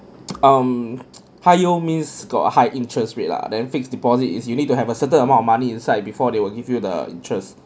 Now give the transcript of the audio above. um high yield means got a high interest rate lah then fixed deposit is you need to have a certain amount of money inside before they will give you the interest